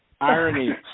Irony